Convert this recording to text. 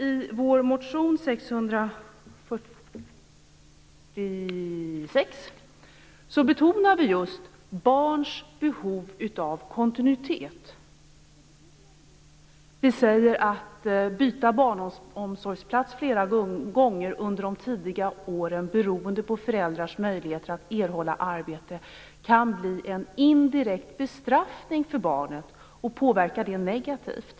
I motion So646 betonas just barns behov av kontinuitet. Byte av barnomsorgsplats flera gånger under de tidiga åren beroende på föräldrarnas möjligheter att få arbete kan bli en indirekt bestraffning för barnet, och påverka det negativt.